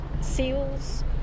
seals